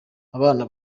abana